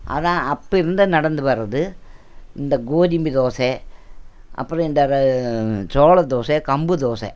ஆனால் அப்போருந்து நடந்து வரது இந்த கோதுமை தோசை அப்புறம் இந்த சோள தோசை கம்பு தோசை